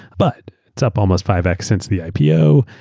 but it's up almost five x since the ipo.